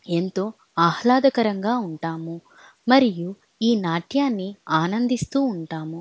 ఎంతో ఆహ్లాదకరంగా ఉంటాము మరియు ఈ నాట్యాన్ని ఆనందిస్తూ ఉంటాము